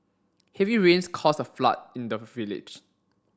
heavy rains caused a flood in the village